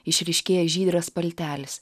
išryškėja žydras paltelis